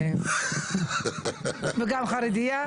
וגם חרדיה?